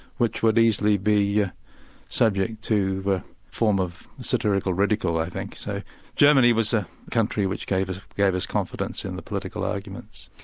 which would easily be yeah subject to a form of satirical ridicule i think. so germany was a country which gave us gave us confidence in the political arguments.